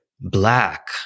black